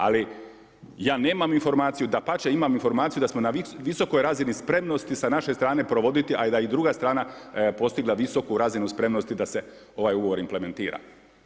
Ali ja nemam informaciju, dapače, imam informaciju da smo na visokoj razini spremnosti sa naše strane provoditi, a i da je druga strane postigla visoku razinu spremnosti da se ovaj ugovor implementira.